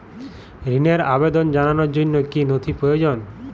ঋনের আবেদন জানানোর জন্য কী কী নথি প্রয়োজন?